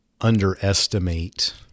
underestimate